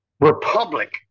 republic